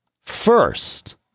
first